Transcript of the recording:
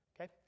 Okay